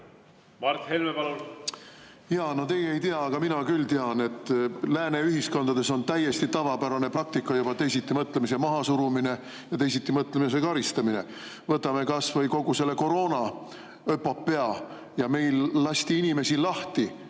Mart Helme, palun! Jaa, no teie ei tea, aga mina küll tean, et lääne ühiskondades on juba täiesti tavapärane praktika teisitimõtlemise mahasurumine ja teisitimõtlemise karistamine. Võtame kas või kogu selle koroona epopöa. Meil lasti inimesi lahti